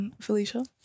Felicia